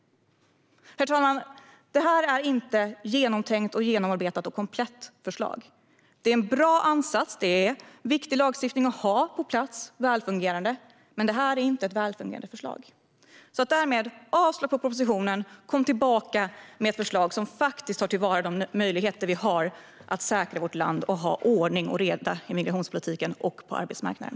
Herr talman! Det här är inte ett genomtänkt, genomarbetat och komplett förslag. Det finns visserligen en bra ansats, och detta är en viktig lagstiftning att ha på plats om den är välfungerande. Men det här är inte ett välfungerande förslag. Därmed yrkar jag avslag på propositionen. Kom tillbaka med ett förslag som tar till vara de möjligheter vi har att säkra vårt land och ha ordning och reda i migrationspolitiken och på arbetsmarknaden!